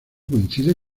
coincide